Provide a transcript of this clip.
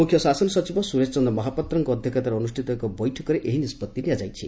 ମୁଖ୍ୟ ଶାସନ ସଚିବ ସୁରେଶ ଚନ୍ଦ୍ର ମହାପାତ୍ରଙ୍କ ଅଧ୍ଧକ୍ଷତାରେ ଅନୁଷିତ ଏକ ବୈଠକରେ ଏହି ନିଷ୍ବତ୍ତି ନିଆଯାଇଛି